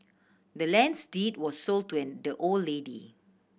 the land's deed was sold to the old lady